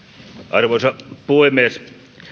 arvoisa puhemies